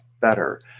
better